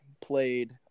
played